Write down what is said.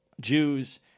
Jews